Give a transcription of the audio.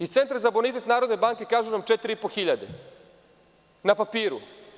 Iz centra za bonitet Narodne banke kažu nam 4.500 na papiru.